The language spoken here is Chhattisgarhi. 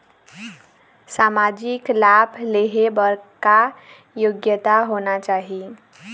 सामाजिक लाभ लेहे बर का योग्यता होना चाही?